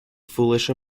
foolish